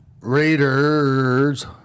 Raiders